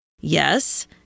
Yes